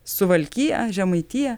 suvalkiją žemaitiją